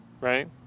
right